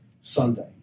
Sunday